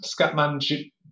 Scatman